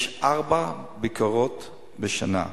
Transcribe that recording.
יש ארבע ביקורות בשנה: